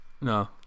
no